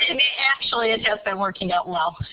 and actually, it has been working out well.